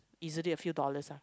easily a few dollars lah